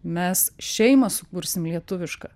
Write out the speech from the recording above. mes šeimą sukursim lietuvišką